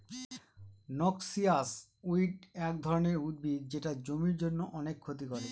noxious weed এক ধরনের উদ্ভিদ যেটা জমির জন্য অনেক ক্ষতি করে